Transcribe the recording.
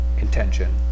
intention